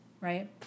right